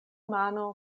mano